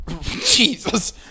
Jesus